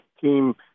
team